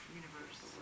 universe